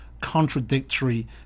contradictory